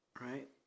Right